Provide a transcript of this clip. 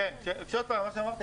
כמו שאמרתי,